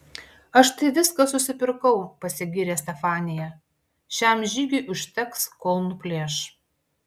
aš tai viską susipirkau pasigyrė stefanija šiam žygiui užteks kol nuplėš